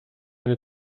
eine